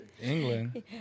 England